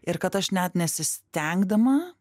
ir kad aš net nesistengdama